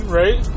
right